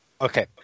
Okay